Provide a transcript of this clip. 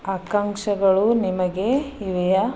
ಆಕಾಂಕ್ಷೆಗಳು ನಿಮಗೆ ಇವೆಯಾ